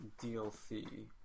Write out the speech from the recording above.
DLC